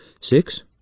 Six